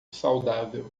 saudável